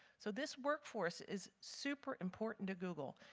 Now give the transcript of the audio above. so this workforce is super important to google.